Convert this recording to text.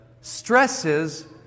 stresses